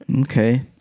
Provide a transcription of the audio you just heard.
Okay